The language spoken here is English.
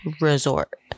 resort